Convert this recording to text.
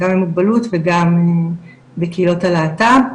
גם עם מוגבלות וגם בקהילות הלהט"ב.